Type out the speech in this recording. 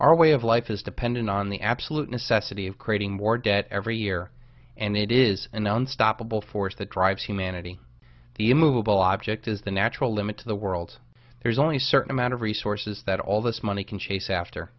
our way of life is dependent on the absolute necessity of creating more debt every year and it is a noun stoppable force that drives humanity the immovable object is the natural limit to the world there's only a certain amount of resources that all this money can chase after